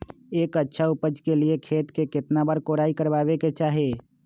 एक अच्छा उपज के लिए खेत के केतना बार कओराई करबआबे के चाहि?